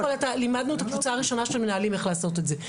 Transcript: לימדנו את הקבוצה הראשונה של מנהלים איך לעשות את זה,